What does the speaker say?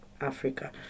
Africa